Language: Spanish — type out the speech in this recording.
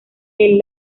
del